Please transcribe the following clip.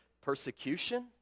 persecution